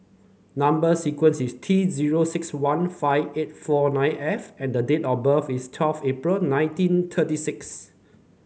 number sequence is T zero six one five eight four nine F and the date of birth is twelve April nineteen thirty six